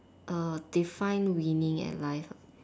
uh define winning at life